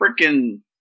freaking